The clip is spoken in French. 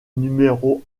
numéro